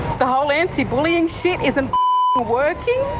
the whole anti-bullying shit isn't working.